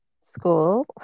school